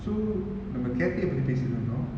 so நம்ம:namma cafe ah பத்தி பேசிட்டு இருந்தோ:pathi pesitu iruntho